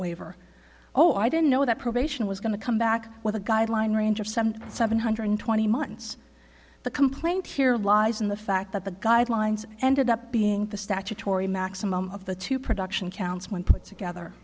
waiver oh i didn't know that probation was going to come back with a guideline range of some seven hundred twenty months the complaint here lies in the fact that the guidelines ended up being the statutory maximum of the two production counts when put together